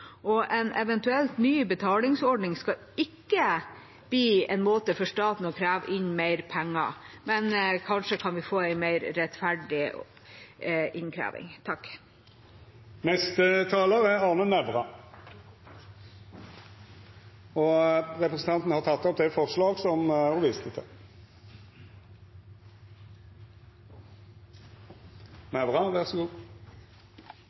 En eventuell ny betalingsordning skal ikke bli en måte for staten å kreve inn mer penger på. Men kanskje kan vi få en mer rettferdig innkreving. Representanten Siv Mossleth har teke opp det forslaget som ho refererte. Det er åpenbart at den teknologien vi diskuterer her, har gitt oss som